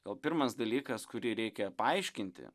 gal pirmas dalykas kurį reikia paaiškinti